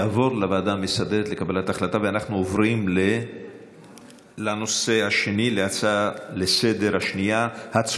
עוברים להצעה השנייה לסדר-היום,